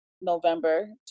November